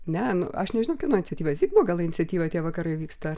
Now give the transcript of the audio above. ne nu aš nežinau kieno iniciatyva zigmo gal iniciatyva tie vakarai vyksta